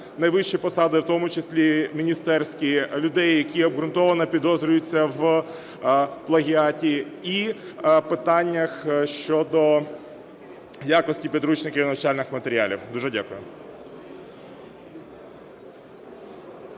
найвищі посади, в тому числі міністерські, людей, які обґрунтовано підозрюються в плагіаті, і питаннях щодо якості підручників і навчальних матеріалів. Дуже дякую.